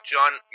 John